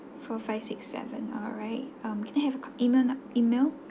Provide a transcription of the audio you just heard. four five six seven alright um can I have email email